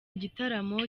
igitaramo